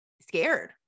scared